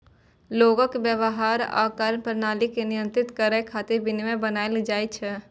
लोगक व्यवहार आ कार्यप्रणाली कें नियंत्रित करै खातिर विनियम बनाएल जाइ छै